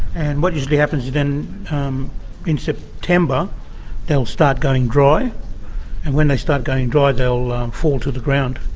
and what usually happens is then in september they'll start going dry and when they start going dry they'll fall to the ground,